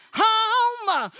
home